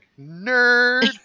nerd